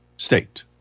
State